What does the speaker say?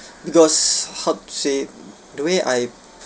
because how to say